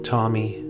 Tommy